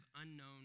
unknown